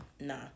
Nah